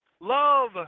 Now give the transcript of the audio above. Love